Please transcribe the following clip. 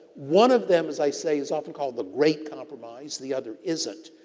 one of them, as i say, is often called the great compromise, the other isn't.